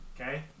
Okay